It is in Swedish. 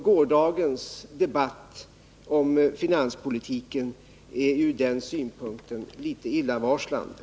Gårdagens debatt om finanspolitiken är ur den synpunkten litet illavarslande.